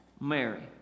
Mary